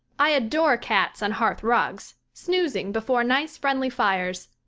i adore cats on hearth rugs, snoozing before nice, friendly fires,